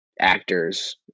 actors